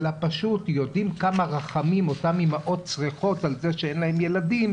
פשוט יודעים כמה רחמים אותן אימהות צריכות על זה שאין להן ילדים,